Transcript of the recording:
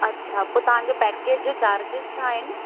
अछा पोइ तव्हांजो पॅकेज चार्जेस छा आहिनि